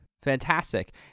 Fantastic